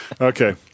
okay